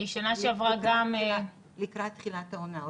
בשנה שעברה גם --- לקראת תחילת העונה,